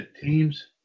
Teams